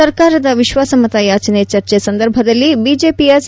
ಸರ್ಕಾರದ ವಿಶ್ವಾಸಮತ ಯಾಚನೆ ಚರ್ಚೆ ಸಂದರ್ಭದಲ್ಲಿ ಬಿಜೆಪಿಯ ಸಿ